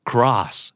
Cross